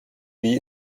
wie